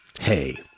Hey